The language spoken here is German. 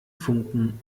funken